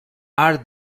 are